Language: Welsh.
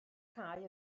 cae